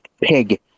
pig